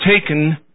taken